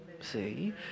see